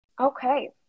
Okay